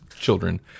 children